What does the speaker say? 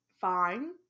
fine